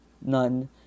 None